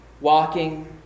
walking